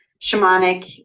shamanic